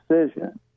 decision